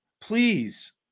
please